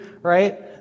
Right